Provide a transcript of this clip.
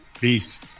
Peace